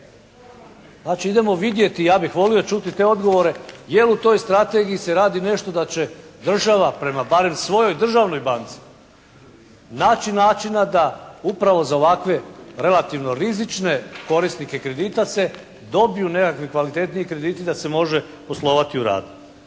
Znači idemo vidjeti i ja bih volio čuti te odgovore, jel' u toj strategiji se radi nešto da će država prema barem svojoj državnoj banci naći načina da upravo za ovakve relativno rizične korisnike kredita se dobiju nekakvi kvalitetniji krediti da se može poslovati u radu.